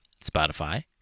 Spotify